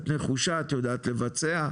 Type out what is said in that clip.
את נחושה, את יודעת לבצע,